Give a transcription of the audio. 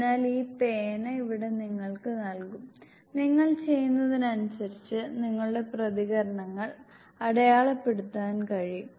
അതിനാൽ ഈ പേന ഇവിടെ നിങ്ങൾക്ക് നൽകും നിങ്ങൾ ചെയ്യുന്നതിനനുസരിച്ച് നിങ്ങളുടെ പ്രതികരണങ്ങൾ അടയാളപ്പെടുത്താൻ കഴിയും